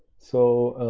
so